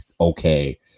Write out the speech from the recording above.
okay